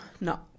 No